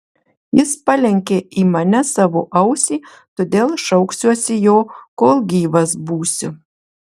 jis palenkė į mane savo ausį todėl šauksiuosi jo kol gyvas būsiu